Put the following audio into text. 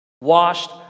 washed